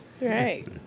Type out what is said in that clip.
Right